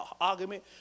argument